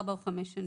ארבע או חמש שנים.